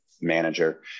manager